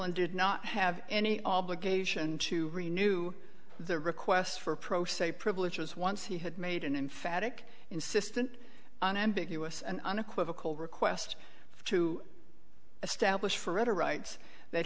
and did not have any obligation to renew the request for pro se privileges once he had made in phatic insistent on ambiguous and unequivocal requests for to establish forever rights that